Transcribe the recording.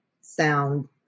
sound